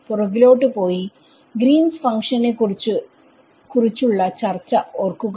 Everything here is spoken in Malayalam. പുറകിലോട്ട് പോയി ഗ്രീൻസ് ഫങ്ക്ഷൻ Greens function നെ കുറിച്ചുള്ള ചർച്ച ഓർക്കുക